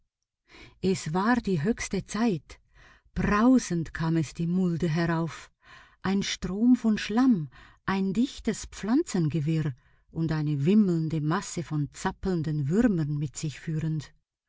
es war die höchste zeit brausend kam es die mulde herauf ein strom von schlamm ein dichtes pflanzengewirr und eine wimmelnde masse von zappelnden würmern mit sich führend